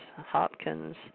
Hopkins